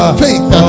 faith